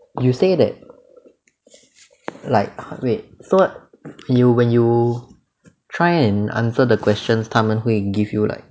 you say that like wait so you when you try and answer the questions 他们会 give you like